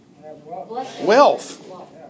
Wealth